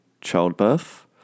childbirth